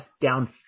down